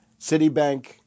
Citibank